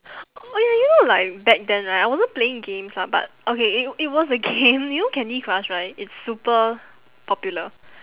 oh ya you know like back then right I wasn't playing games lah but okay it it was a game you know Candy Crush right it's super popular